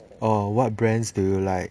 uh what brands do you like